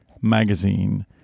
Magazine